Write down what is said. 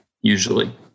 usually